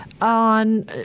on